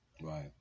right